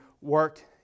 work